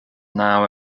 now